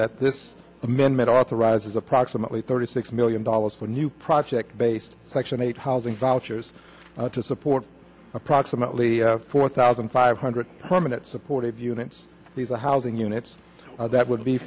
that this amendment authorizes approximately thirty six million dollars for a new project based section eight housing vouchers to support approximately four thousand five hundred permanent supportive units these are housing units that would be